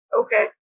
okay